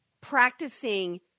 practicing